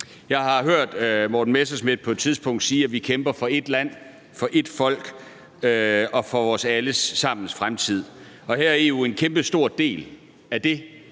Jeg har hørt hr. Morten Messerschmidt sige på et tidspunkt: Vi kæmper for ét land, for ét folk og for vores alle sammens fremtid. Og her er EU en kæmpestor del af det.